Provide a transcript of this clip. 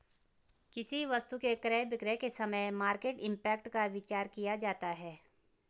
किसी वस्तु के क्रय विक्रय के समय मार्केट इंपैक्ट का विचार किया जाता है